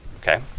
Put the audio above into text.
Okay